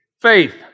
faith